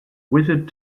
wizard